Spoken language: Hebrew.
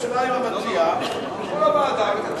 יש מחלוקת עם המציע, תלכו לוועדה ותציעו.